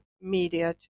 media